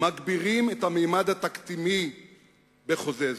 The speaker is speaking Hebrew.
מגבירים את הממד התקדימי בחוזה זה.